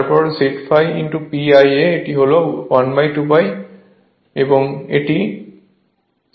তারপর Z∅ PIa এটি হল 1 2π এবং এটি 0159 হবে